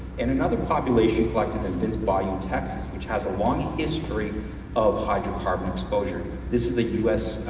and another population collected in vince bayou, texas which has a long history of hydrocarbon exposure. this is a u s.